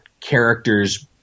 character's